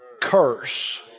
curse